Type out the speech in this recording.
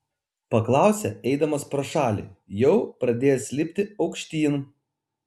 paklausė eidamas pro šalį jau pradėjęs lipti aukštyn